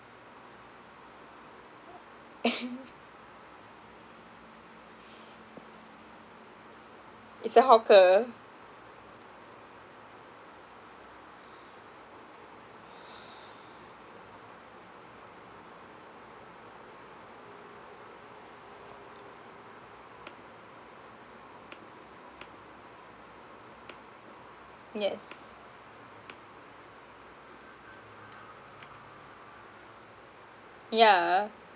it's a hawker yes yeah